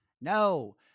No